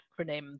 acronym